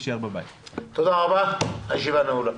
תודה רבה, הישיבה נעולה.